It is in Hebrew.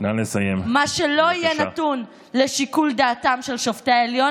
מה שלא יהיה נתון לשיקול דעתם של שופטי העליון,